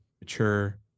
mature